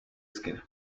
esquina